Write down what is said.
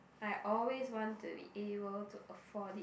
I always want to be able to afford it